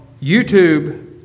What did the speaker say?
YouTube